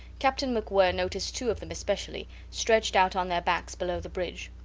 captain macwhirr noticed two of them especially, stretched out on their backs below the bridge.